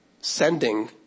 sending